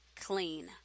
clean